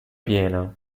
piena